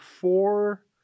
four